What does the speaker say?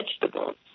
vegetables